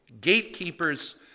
gatekeepers